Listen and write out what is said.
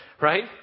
Right